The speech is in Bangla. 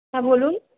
হ্যাঁ বলুন